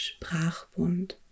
Sprachbund